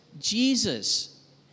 Jesus